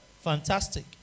Fantastic